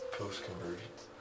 post-convergence